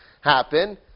happen